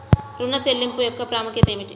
ఋణ చెల్లింపుల యొక్క ప్రాముఖ్యత ఏమిటీ?